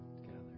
together